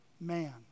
man